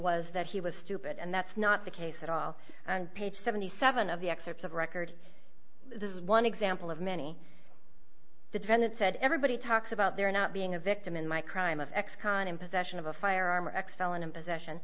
was that he was stupid and that's not the case at all and page seventy seven of the excerpts of record this is one example of many the defendant said everybody talks about there not being a victim in my crime of ex con in possession of a firearm or excelling in possession